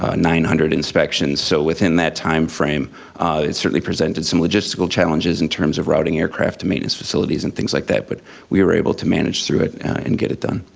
ah nine hundred inspections, so within that time frame it certainly presented some logistical challenges in terms of routing aircraft to maintenance facilities and things like that, but we were able to manage through it and get it done.